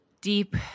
deep